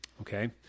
Okay